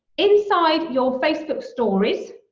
inside your facebook stories,